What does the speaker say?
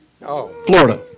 Florida